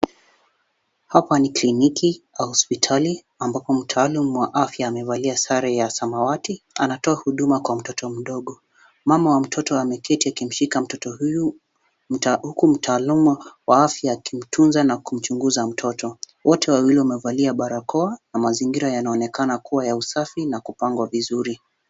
Hapa ni kliniki au hospitali ambako mtaalum wa afya amevalia sare ya samawati anatoa huduma kwa mtoto mdogo. Mama wa mtoto ameketi akimshika mtoto huyu huku mtaalumu wa afya akimtunza na kumchunguza mtoto. Wote wawili wamevalia barakoa na mazingira yanaonekana kuwa ya usafi na kupangwa vizuri.